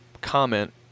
comment